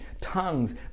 tongues